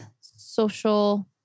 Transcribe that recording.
social